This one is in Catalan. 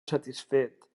satisfet